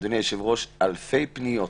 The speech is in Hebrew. אדוני היושב-ראש, באלפי פניות.